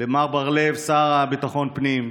ולמר בר לב, השר לביטחון פנים,